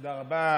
תודה רבה.